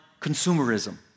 consumerism